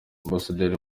ambasaderi